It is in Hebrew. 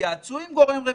תתייעצו עם גורם רפואי,